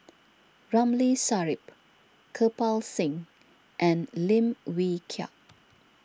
Ramli Sarip Kirpal Singh and Lim Wee Kiak